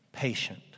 patient